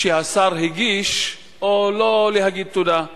שהשר הגיש או לא להגיד תודה,